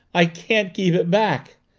i can't keep it back!